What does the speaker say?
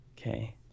Okay